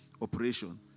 operation